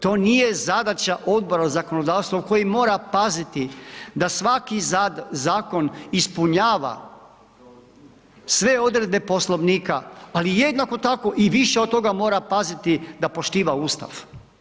To nije zadaća Odbora zakonodavstva, koji mora paziti da svaki zakon ispunjava sve odredbe poslovnika, ali jednako tako i više od toga mora paziti, da poštiva Ustav.